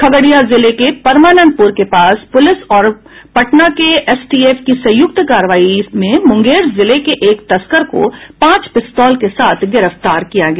खगड़िया जिले के परमानंदपूर के पास पूलिस और पटना के एसटीएफ की संयुक्त कार्रवाई में मुंगेर जिले के एक तस्कर को पांच पिस्तौल के साथ गिरफ्तार किया है